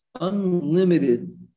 unlimited